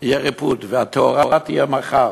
יהיה ריבוד, והתאורה תהיה מחר.